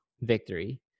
victory